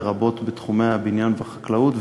לרבות בתחומי הבניין והחקלאות,